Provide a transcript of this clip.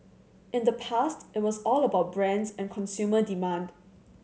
in the past it was all about brands and consumer demand